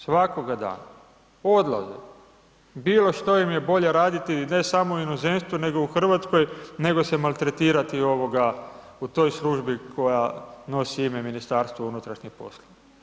Svakoga dana odlaze, bilo što im je bolje raditi ne samo u inozemstvu nego u Hrvatskoj nego se maltretirati u toj službi koja nosi ime Ministarstvo unutrašnjih poslova.